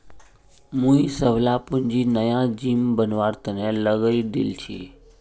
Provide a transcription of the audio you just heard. मुई सबला पूंजी नया जिम बनवार तने लगइ दील छि